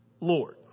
Lord